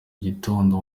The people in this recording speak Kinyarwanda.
gitondo